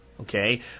Okay